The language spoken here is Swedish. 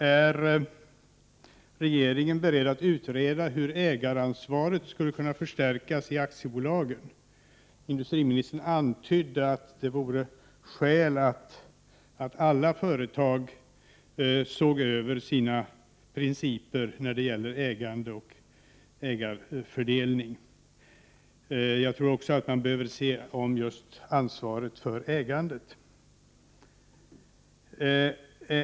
Är regeringen beredd att utreda hur ägaransvaret skulle kunna förstärkas i aktiebolagen? Industriministern antydde att det vore skäl att alla företag såg över sina principer när det gäller ägande och ägarfördelning. Jag tror också att man behöver se över just ansvaret för ägande.